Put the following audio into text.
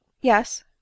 Yes